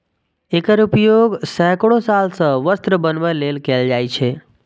एकर उपयोग सैकड़ो साल सं वस्त्र बनबै लेल कैल जाए छै